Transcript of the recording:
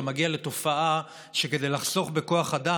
זה מגיע לתופעה שכדי לחסוך בכוח אדם,